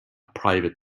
private